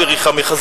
וריחמך.